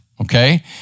okay